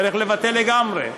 צריך לבטל לגמרי.